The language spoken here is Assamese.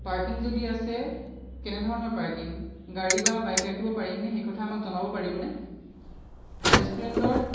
পাৰ্কিং যদি আছে কেনেধৰণৰ পাৰ্কিং গাড়ী বা বাইক ৰাখিব পাৰিম নে সেই কথা আমাক জনাব পাৰিব নে ৰেষ্টুৰেণ্টৰ